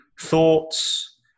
thoughts